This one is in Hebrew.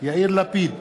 יאיר לפיד,